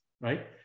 right